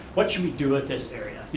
what should we do with this area?